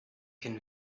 can